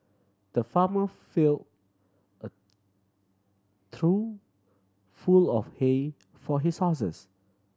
the farmer fill a through full of hay for his horses